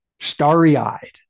starry-eyed